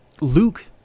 luke